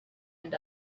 and